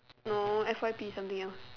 no f_y_p is something else